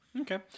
Okay